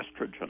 estrogen